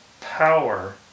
power